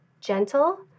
gentle